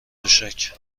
تشک